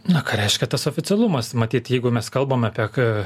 na ką reiškia tas oficialumas matyt jeigu mes kalbame apie ką